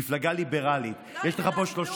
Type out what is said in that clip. מפלגה ליברלית, יש לך פה, לאומנית שמרנית.